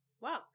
Wow